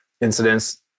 incidents